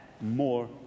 more